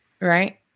right